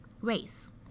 race